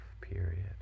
period